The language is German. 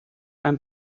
ein